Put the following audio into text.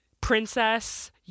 princess